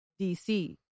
DC